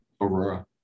Aurora